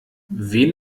wen